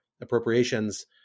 appropriations